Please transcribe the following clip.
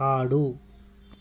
ఆడు